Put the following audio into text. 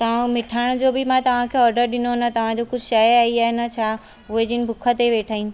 ता मिठाण जो बि मां तव्हांखे ऑडर ॾिनो न कुझु शइ आइ आहे न छा उहे जन भुख ते वेठा आहिनि